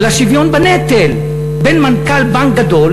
על השוויון בנטל בין מנכ"ל בנק גדול